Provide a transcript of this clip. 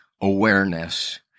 awareness